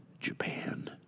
Japan